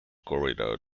corridor